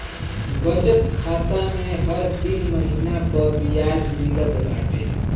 बचत खाता में हर तीन महिना पअ बियाज मिलत बाटे